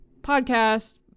podcast